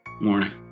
Morning